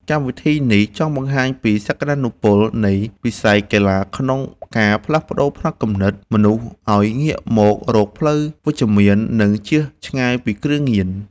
កម្មវិធីនេះចង់បង្ហាញពីសក្ដានុពលនៃវិស័យកីឡាក្នុងការផ្លាស់ប្តូរផ្នត់គំនិតមនុស្សឱ្យងាកមករកផ្លូវវិជ្ជមាន និងជៀសឆ្ងាយពីគ្រឿងញៀន។